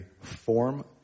form